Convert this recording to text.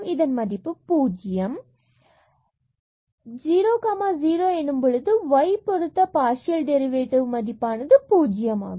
இதன் மதிப்பானது 0 மற்றும் 0 0 எனும்பொழுது y பொருத்த பார்சியல் டெரிவேட்டிவ் மதிப்பானது பூஜ்ஜியமாகும்